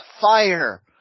Fire